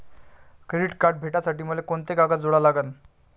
Credit card भेटासाठी मले कोंते कागद जोडा लागन?